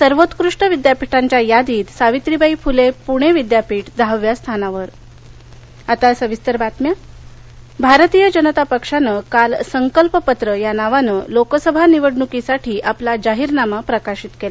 सर्वोत्कृष्ट विद्यापीठांच्या यादीत सावित्रीबाई फुले पुणे विद्यापीठ दहाव्या स्थानावर भाजपा जाहीरनामा भारतीय जनता पक्षानं काल संकल्प पत्र या नावानं लोकसभा निवडणुकीसाठी आपला जाहीरनामा प्रकाशित केला